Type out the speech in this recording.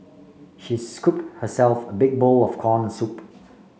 she scoop herself a big bowl of corn soup